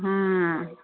हां